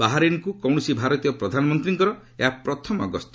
ବାହାରିନ୍କୁ କୌଣସି ଭାରତୀୟ ପ୍ରଧାନମନ୍ତ୍ରୀଙ୍କର ଏହା ପ୍ରଥମ ଗସ୍ତ